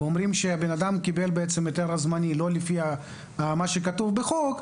אומרים שהוא קיבל את ההיתר הזמני לא לפי מה שכתוב בחוק,